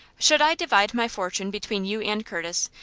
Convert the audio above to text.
should i divide my fortune between you and curtis,